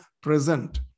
present